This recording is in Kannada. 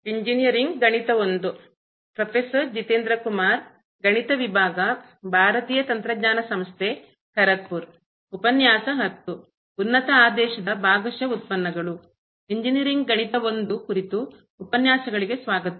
ಇಂಜಿನಿಯರಿಂಗ್ ಗಣಿತ I ಕುರಿತು ಉಪನ್ಯಾಸಗಳಿಗೆ ಸ್ವಾಗತ